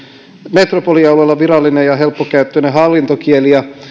metropolialueella virallinen ja helppokäyttöinen hallintokieli